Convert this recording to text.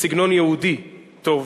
בסגנון יהודי, טוב.